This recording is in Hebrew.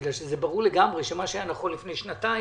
בגלל שברור לגמרי שמה שהיה נכון לפני שנתיים,